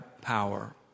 power